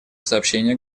сообщение